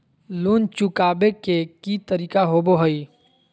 Loan चुकाबे के की तरीका होबो हइ?